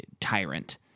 tyrant